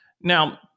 Now